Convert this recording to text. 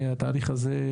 התהליך הזה,